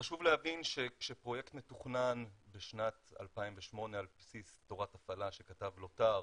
חשוב להבין שכשפרויקט מתוכנן לשנת 2008 על בסיס תורת הפעלה שכתב לוט"ר,